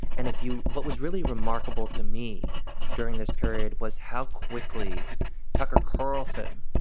and if you what was really remarkable to me during this period was how quickly tucker carlson,